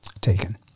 taken